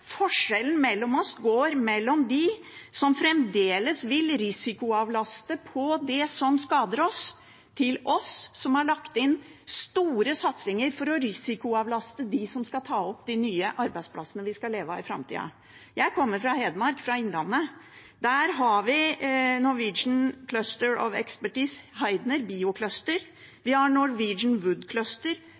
Forskjellen mellom oss går mellom dem som fremdeles vil risikoavlaste på det som skader oss, og oss som har lagt inn store satsinger for å risikoavlaste dem som skal ta opp de nye arbeidsplassene vi skal leve av i framtida. Jeg kommer fra Hedmark, fra Innlandet. Der har vi Norwegian Center of Expertise Heidner Biocluster, vi har Norwegian Wood Cluster,